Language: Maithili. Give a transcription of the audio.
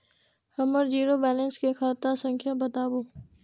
हमर जीरो बैलेंस के खाता संख्या बतबु?